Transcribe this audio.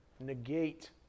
negate